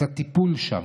את הטיפול שם,